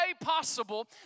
possible